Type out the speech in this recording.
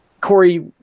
Corey